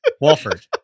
Walford